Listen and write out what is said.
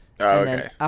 okay